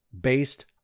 based